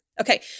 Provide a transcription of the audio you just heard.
Okay